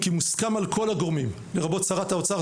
מוסכם על כל הגורמים, לרבות שר האוצר,